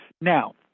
Now